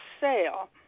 sale